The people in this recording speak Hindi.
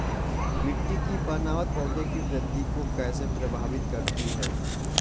मिट्टी की बनावट पौधों की वृद्धि को कैसे प्रभावित करती है?